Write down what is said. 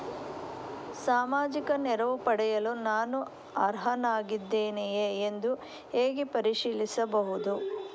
ಸಾಮಾಜಿಕ ನೆರವು ಪಡೆಯಲು ನಾನು ಅರ್ಹನಾಗಿದ್ದೇನೆಯೇ ಎಂದು ಹೇಗೆ ಪರಿಶೀಲಿಸಬಹುದು?